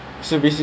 !huh!